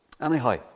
Anyhow